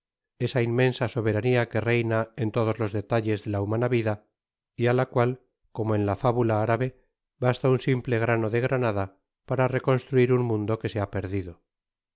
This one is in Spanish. esa inmensa soberania que reina en todos los detalles de la humana vida y á la cual como en la fábula árabe basta un simple grano de granada para reconstruir un mundo que se ha perdido